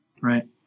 right